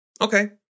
Okay